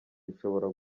bishobora